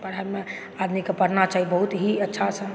पढ़बमे आदमीके पढ़ना चाही आदमी बहुत ही अच्छा छै